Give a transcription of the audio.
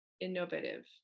Innovative